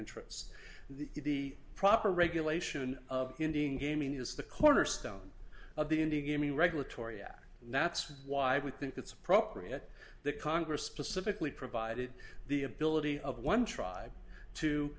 interests the proper regulation of indian gaming is the cornerstone of the indian gaming regulatory act now that's why we think it's appropriate the congress specifically provided the ability of one tribe to